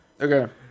Okay